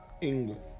England